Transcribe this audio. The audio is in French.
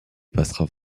passera